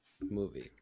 movie